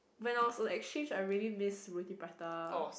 when I was like on exchange I really miss roti prata